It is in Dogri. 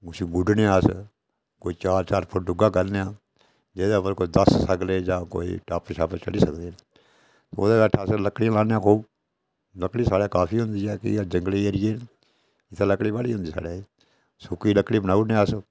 गुड़्डने आं अस कोई चार चार फुट डूंह्गा करनेआं जेह्दै उप्पर कोई दस सगले जां कोई टप्प शप्प चढ़ी सकदे न ओह्दै हेठ अस लकड़ियां लान्ने आं लकड़ी साढ़ै काफी होंदी जंगली एरिये न इत्थैं लकड़ी बड़ी होंदी साढ़ैसुक्की लकड़ी बनाई ओड़ने अस